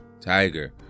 Tiger